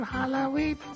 Halloween